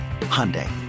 Hyundai